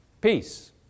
Peace